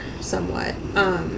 somewhat